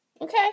Okay